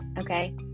okay